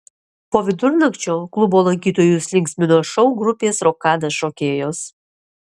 po vidurnakčio klubo lankytojus linksmino šou grupės rokada šokėjos